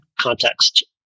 Context